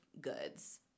goods